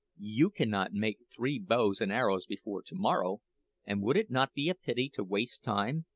you cannot make three bows and arrows before to-morrow and would it not be a pity to waste time,